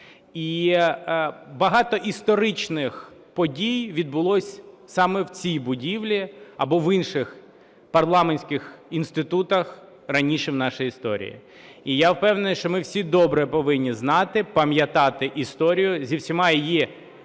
І багато історичних подій відбулося саме в цій будівлі або в інших парламентських інститутах раніше в нашій історії. І я впевнений, що ми всі добре повинні знати, пам'ятати історію зі всіма її перемогами